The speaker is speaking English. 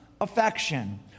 affection